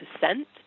percent